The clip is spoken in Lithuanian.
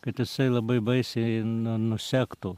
kad jisai labai baisiai nu nusektų